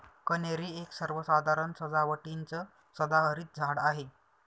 कन्हेरी एक सर्वसाधारण सजावटीचं सदाहरित झाड आहे